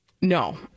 No